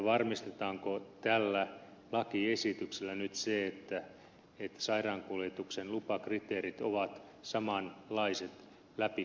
varmistetaanko tällä lakiesityksellä nyt se että sairaankuljetuksen lupakriteerit ovat samanlaiset läpi koko maan